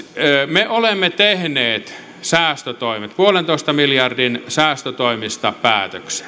me olemme tehneet säästötoimet puolentoista miljardin säästötoimista päätökset